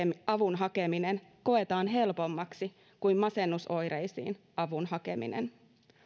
avun hakeminen koetaan helpommaksi kuin masennusoireisiin avun hakeminen